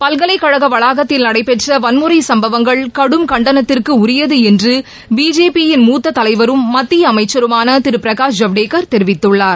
பல்கலைக்கழக வளாகத்தில் நடைபெற்ற வன்முறை சம்பவங்கள் கடும் கண்டனத்திற்கு உரியது என்று பிஜேபி யின் மூத்த தலைவரும் மத்திய அமைச்சருமாள திரு பிரகாஷ் ஜவடேக்கர் தெரிவித்துள்ளார்